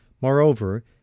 moreover